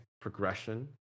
progression